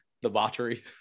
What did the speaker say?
debauchery